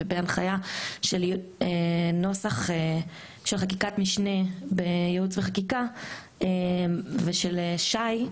ובהנחיה של נוסח של חקיקת משנה בייעוץ וחקיקה ושל שי,